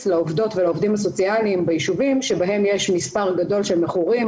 לעובדות ולעובדים הסוציאליים ביישובים שבהם יש מספר גדול של מכורים,